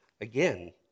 again